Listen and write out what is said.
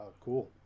cool